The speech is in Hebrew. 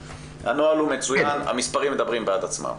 הנוהל הוא מצוין, המספרים מדברים בעד עצמם.